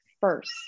first